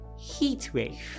Heatwave